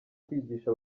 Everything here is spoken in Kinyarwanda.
kwigisha